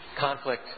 Conflict